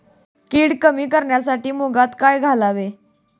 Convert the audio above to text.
कीड कमी करण्यासाठी मुगात काय घालावे?